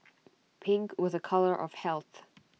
pink was A colour of health